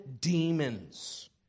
demons